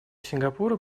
сингапура